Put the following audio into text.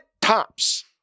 tops